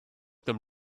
them